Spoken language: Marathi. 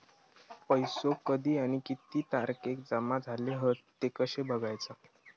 पैसो कधी आणि किती तारखेक जमा झाले हत ते कशे बगायचा?